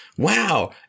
Wow